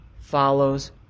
follows